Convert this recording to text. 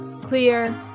clear